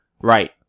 Right